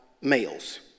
males